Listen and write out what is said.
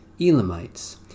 Elamites